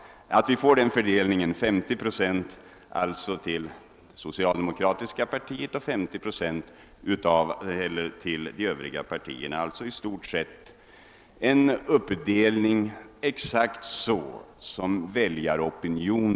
Vi får en fördelning av 50 procent till det socialdemokratiska partiet och 50 procent till de övriga partierna, alltså i stort sett samma uppdelning som bland väljarna.